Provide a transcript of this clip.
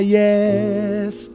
yes